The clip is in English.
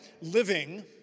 living